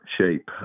shape